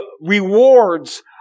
rewards